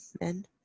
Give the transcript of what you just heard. men